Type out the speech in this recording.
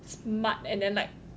smart and then like